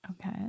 okay